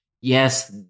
Yes